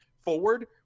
forward